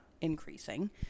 increasing